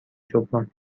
جبران